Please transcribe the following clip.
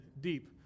deep